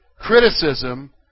Criticism